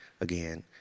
again